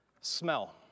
smell